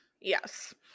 Yes